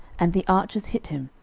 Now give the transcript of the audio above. and the archers hit him,